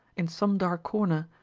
in some dark corner,